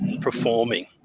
performing